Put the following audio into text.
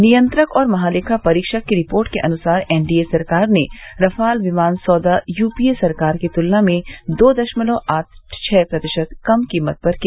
नियंत्रक और महालेखा परीक्षक की रिपोर्ट के अनुसार एन डी ए सरकार ने रफाल विमान सौदा यू पी ए सरकार की तुलना में दो दशमलव आठ छह प्रतिशत कम कीमत पर किया